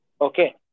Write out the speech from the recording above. Okay